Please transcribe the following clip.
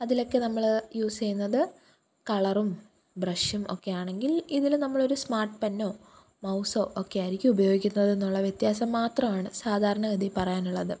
അതിലൊക്കെ നമ്മൾ യൂസ് ചെയ്യുന്നത് കളറും ബ്രഷും ഒക്കെയാണെങ്കില് ഇതിൽ നമ്മൾ ഒരു സ്മാര്ട്ട് പെന്നോ മൗസോ ഒക്കേയിരിക്കും ഉപയോഗിക്കുന്നതിനുള്ള വ്യത്യാസം മാത്രമാണ് സാധാരണ ഗതിയിൽ പറയാനുള്ളത്